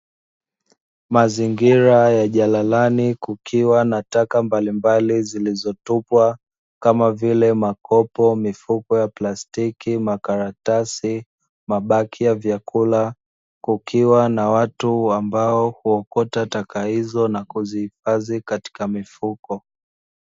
Mazingira ya jalalani, kukiwa na taka mbalimbali zilizotupwa, kama vile: makopo, mifuko ya plastiki, makaratasi, mabaki ya vyakula. Kukiwa na watu ambao huokota taka hizo na kuzihifadhi katika mifuko.